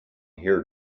here